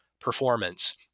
performance